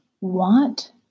want